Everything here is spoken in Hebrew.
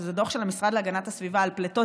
שזה דוח של המשרד להגנת הסביבה על פליטות